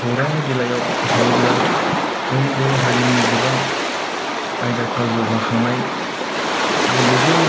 खौरां बिलाइयाव फोसावोब्ला जोंनि बर' हारिनि गोबां आयदाफ्रा जौगाखांनाय बो गुबुन